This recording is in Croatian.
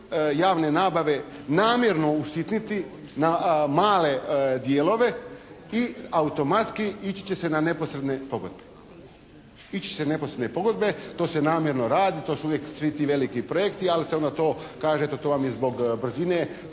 javne nabave namjerno usitniti na male dijelove i automatski ići će se na neposredne pogodbe. Ići će se na neposredne pogodbe. To se namjerno radi, to su uvijek svi ti veliki projekti ali se onda to kaže to vam je zbog brzine,